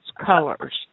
colors